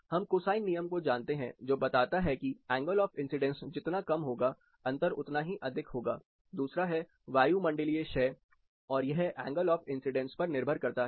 हम कोसाइन नियम को जानते हैं जो बताता है कि एंगल ऑफ इंसिडेंस जितना कम होगा अंतर उतना ही अधिक होगा दूसरा है वायुमंडलीय क्षय और यह एंगल ऑफ इंसिडेंस पर निर्भर करता है